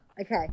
Okay